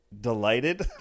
delighted